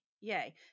Yay